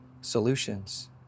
solutions